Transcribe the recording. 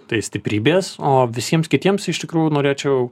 tai stiprybės o visiems kitiems iš tikrųjų norėčiau